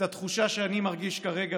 את התחושה שאני מרגיש כרגע,